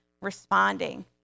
responding